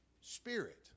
Spirit